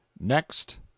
Next